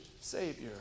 Savior